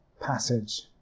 passage